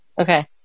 Okay